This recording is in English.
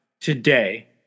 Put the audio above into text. today